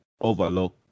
overlook